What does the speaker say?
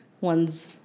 one's